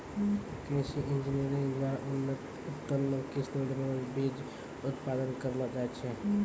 कृषि इंजीनियरिंग द्वारा उन्नत किस्म रो बीज उत्पादन करलो जाय छै